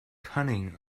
cunning